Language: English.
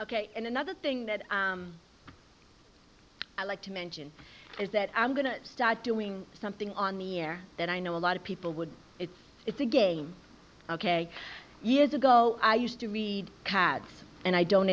ok and another thing that i'd like to mention is that i'm going to start doing something on the air that i know a lot of people would it's it's a game ok years ago i used to read cats and i don't